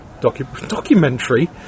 documentary